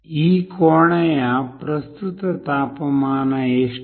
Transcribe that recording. ಈ ಕೋಣೆಯ ಪ್ರಸ್ತುತ ತಾಪಮಾನ ಎಷ್ಟು